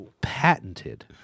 patented